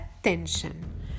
attention